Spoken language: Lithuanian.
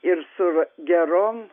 ir sur gerom